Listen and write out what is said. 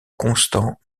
constant